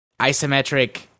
isometric